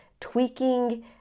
tweaking